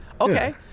Okay